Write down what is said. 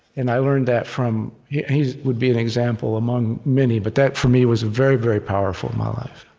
and i learned that from he would be an example among many. but that, for me, was very, very powerful in my life